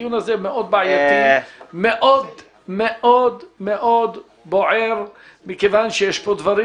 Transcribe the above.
הדיון הזה הוא מאוד בעייתי ומאוד בוער מכיוון שיש כאן דברים